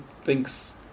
thinks